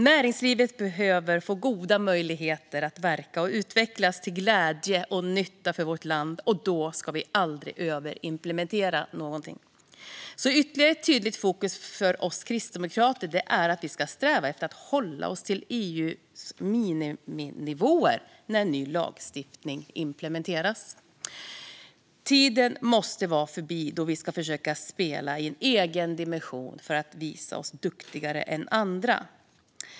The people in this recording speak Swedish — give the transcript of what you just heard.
Näringslivet behöver få goda möjligheter att verka och utvecklas till glädje och nytta för vårt land. Då ska vi aldrig överimplementera någonting. Ytterligare ett tydligt fokus för oss kristdemokrater är att vi ska sträva efter att hålla oss till EU:s miniminivåer när ny lagstiftning implementeras. Den tid måste vara förbi då vi försökte spela i en egen division för att visa oss duktigare än andra.